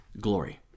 glory